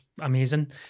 amazing